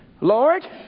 Lord